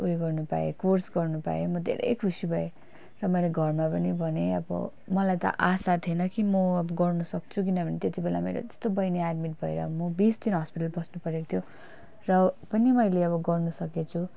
उयो गर्नु पाएँ कोर्स गर्नु पाएँ म धेरै खुसी भए र मैले घरमा पनि भने अब मलाई त आशा थिएन कि म अब गर्नु सक्छु किनभने त्यति बेला मेरो त्यस्तो बहिनी एड्मिट भएर म बिस दिन हस्पिटल बस्नु परेको थियो र पनि मैले अब गर्नु सकेछु